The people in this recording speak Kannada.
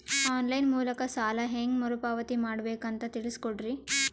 ಆನ್ ಲೈನ್ ಮೂಲಕ ಸಾಲ ಹೇಂಗ ಮರುಪಾವತಿ ಮಾಡಬೇಕು ಅಂತ ತಿಳಿಸ ಕೊಡರಿ?